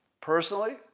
Personally